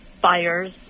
Buyers